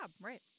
Right